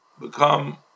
become